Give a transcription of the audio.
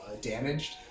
Damaged